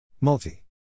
Multi